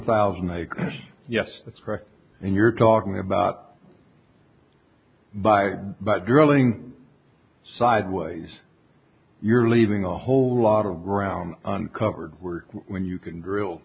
thousand acres yes that's correct and you're talking about by about drilling sideways you're leaving a whole lot of ground on covered were when you can drill